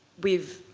we've